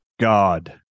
God